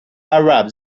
arab